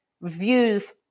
views